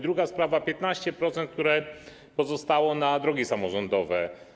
Druga sprawa - 15%, które pozostało na drogi samorządowe.